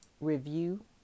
review